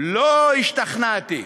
לא השתכנעתי.